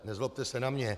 Nezlobte se na mě.